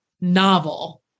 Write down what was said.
novel